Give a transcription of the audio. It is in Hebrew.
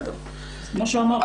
כמו שאמרתי,